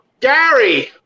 Gary